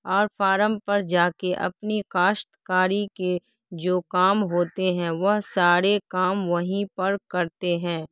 اور فارم پر جا کے اپنی کاشتکاری کے جو کام ہوتے ہیں وہ سارے کام وہیں پر کرتے ہیں